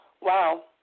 Wow